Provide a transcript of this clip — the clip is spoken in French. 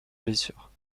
blessure